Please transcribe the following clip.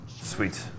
Sweet